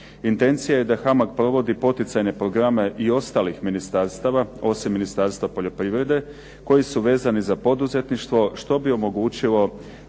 Intencija je da HAMAG provodi poticajne programe i ostalih ministarstava, osim Ministarstva poljoprivrede, koji su vezani za poduzetništvo što bi omogućilo